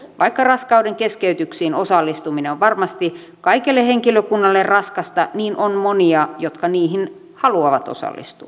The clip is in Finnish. vaikka raskaudenkeskeytyksiin osallistuminen on varmasti kaikelle henkilökunnalle raskasta niin on monia jotka niihin haluavat osallistua